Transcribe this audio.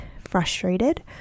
frustrated